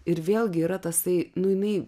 ir vėlgi yra tasai nu jinai